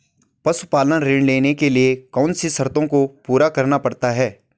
पशुपालन ऋण लेने के लिए कौन सी शर्तों को पूरा करना पड़ता है?